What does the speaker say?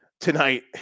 tonight